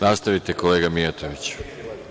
Nastavite, kolega Mijatoviću.